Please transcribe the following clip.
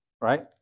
Right